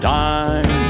time